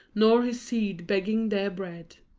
nor his seed begging their bread.